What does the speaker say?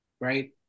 right